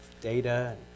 data